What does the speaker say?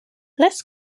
less